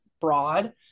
broad